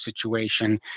situation